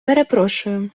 перепрошую